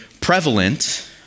prevalent